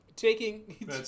Taking